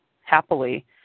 happily